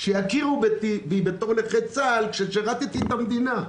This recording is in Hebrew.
שיכירו בי בתור נכה צה"ל כששירתי את המדינה.